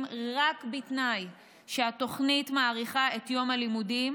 רק בתנאי שהתוכנית מאריכה את יום הלימודים,